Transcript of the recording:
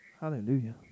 Hallelujah